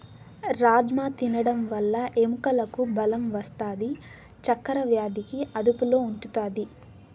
రాజ్మ తినడం వల్ల ఎముకలకు బలం వస్తాది, చక్కర వ్యాధిని అదుపులో ఉంచుతాది